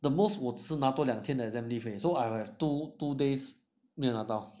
the most 我只是那多两天 exam leave 而以 so I will have two two days 没有拿到